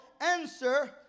answer